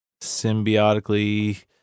symbiotically